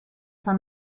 son